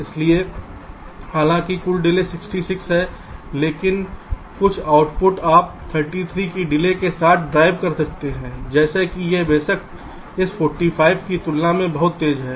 इसलिए हालांकि कुल डिले 66 है लेकिन कुछ आउटपुट आप 33 की डिले के साथ ड्राइव कर सकते हैं जैसे कि यह बेशक इस 45 की तुलना में बहुत तेज है